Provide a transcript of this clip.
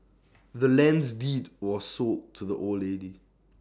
the land's deed was sold to the old lady